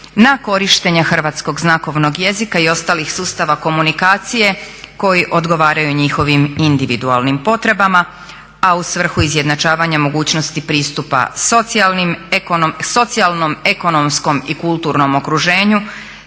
na korištenje hrvatskog znakovnog jezika i ostalih sustava komunikacije koji odgovaraju njihovim individualnim potrebama, a u svrhu izjednačavanja mogućnosti pristupa socijalnom, ekonomskom i kulturnom okruženju